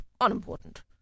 unimportant